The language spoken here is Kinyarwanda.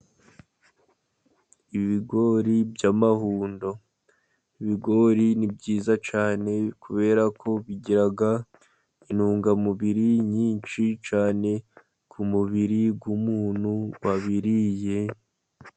Ibigori by'amahundo, ibigori ni byiza cyane, kubera ko bigira intungamubiri nyinshi cyane, ku mubiri w'umuntu wabiriye.